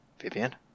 Vivian